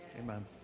Amen